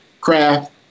craft